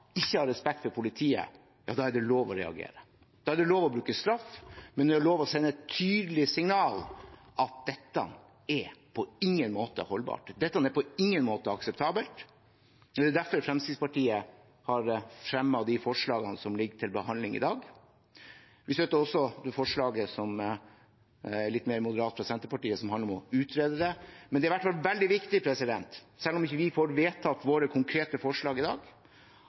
ikke har respekt for politiet – ja, da er det lov å reagere. Da er det lov å bruke straff, og det er lov å sende et tydelig signal, at dette er på ingen måte holdbart, dette er på ingen måte akseptabelt. Det er derfor Fremskrittspartiet har fremmet det forslaget som ligger til behandling i dag. Vi støtter også det forslaget som er litt mer moderat, fra Senterpartiet, som handler om å utrede det. Men det er i hvert fall veldig viktig, selv om ikke vi får vedtatt våre konkrete forslag i dag,